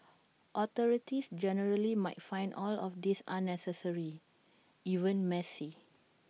authorities generally might find all of this unnecessary even messy